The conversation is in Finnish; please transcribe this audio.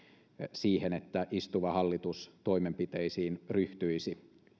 siihen että istuva hallitus toimenpiteisiin ryhtyisi